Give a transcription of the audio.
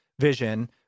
vision